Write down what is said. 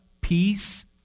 peace